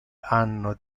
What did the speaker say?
hanno